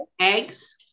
Eggs